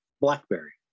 blackberry